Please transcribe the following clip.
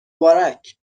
مبارک